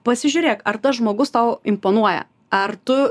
pasižiūrėk ar tas žmogus tau imponuoja ar tu